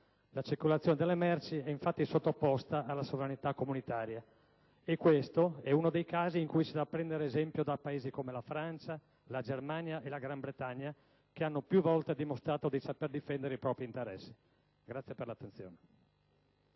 La circolazione delle merci è infatti sottoposta alla sovranità comunitaria. E questo è uno dei casi in cui c'è da prendere esempio da Paesi come la Francia, la Germania e la Gran Bretagna, che hanno più volte dimostrato di saper difendere i propri interessi. *(Applausi